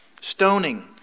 stoning